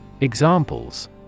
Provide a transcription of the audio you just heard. Examples